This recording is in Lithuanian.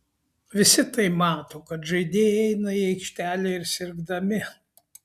visi tai mato kad žaidėjai eina į aikštelę ir sirgdami